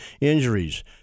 injuries